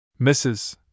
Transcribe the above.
Mrs